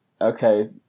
okay